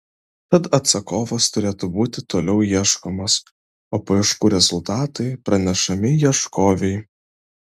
tad atsakovas turėtų būti toliau ieškomas o paieškų rezultatai pranešami ieškovei